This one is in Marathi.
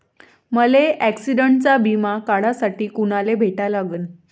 मले ॲक्सिडंटचा बिमा काढासाठी कुनाले भेटा लागन?